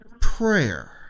prayer